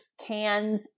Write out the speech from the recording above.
cans